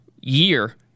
year